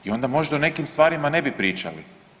I onda možda o nekim stvarima ne bi pričali.